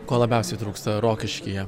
ko labiausiai trūksta rokiškyje